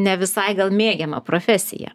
ne visai gal mėgiamą profesiją